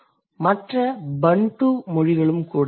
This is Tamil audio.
மற்ற Bantuதெற்குநடு ஆப்ரிக்க மொழிகளும்கூட